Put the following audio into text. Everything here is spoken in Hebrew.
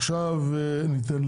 עכשיו ניתן